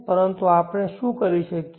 પરંતુ આપણે શું કરી શકીએ